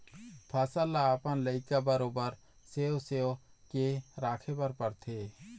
फसल ल अपन लइका बरोबर सेव सेव के राखे बर परथे